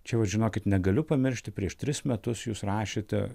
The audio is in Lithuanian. čia vat žinokit negaliu pamiršti prieš tris metus jūs rašėte